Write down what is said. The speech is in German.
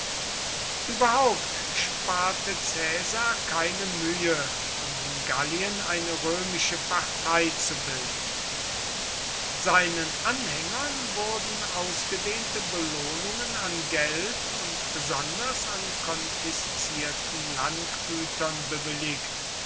überhaupt sparte caesar keine mühe um in gallien eine römische partei zu bilden seinen anhängern wurden ausgedehnte belohnungen an geld und besonders an konfiszierten landgütern bewilligt